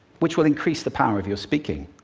which will increase the power of your speaking.